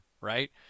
right